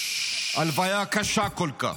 הלוויה קשה כל כך.